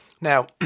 Now